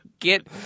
get